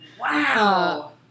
Wow